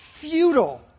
futile